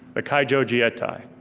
ah kaijo jieitai.